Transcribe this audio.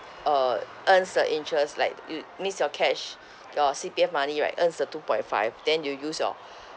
uh earns the interest like you means your cash your C_P_F money right earns the two point five then you use your